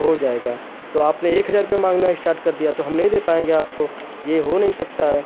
हो जाएगा तो आपने एक हज़ार रुपया माँगना स्टार्ट कर दिया तो हम नहीं दे पाएँगे आपको यह हो नहीं सकता है